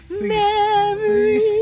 Memories